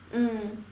mm